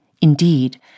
Indeed